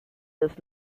does